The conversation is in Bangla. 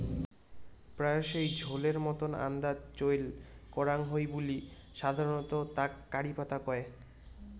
প্রায়শই ঝোলের মতন আন্দাত চইল করাং হই বুলি সাধারণত তাক কারি পাতা কয়